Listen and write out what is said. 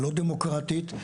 הלא דמוקרטית,